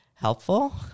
helpful